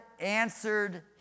answered